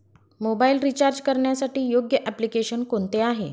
Mobile recharge करण्यासाठी योग्य application कोणते आहे?